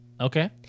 Okay